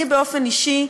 אני אישית,